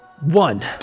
One